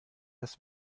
das